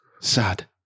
sad